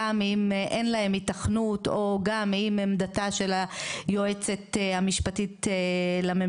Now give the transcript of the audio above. גם אם אין להם היתכנות או גם אם עמדתה של היועצת המשפטית לממשלה,